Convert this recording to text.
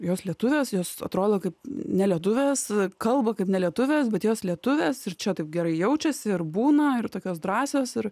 jos lietuvės jos atrodo kaip nelietuvės kalba kaip nelietuvės bet jos lietuvės ir čia taip gerai jaučiasi ir būna ir tokios drąsios ir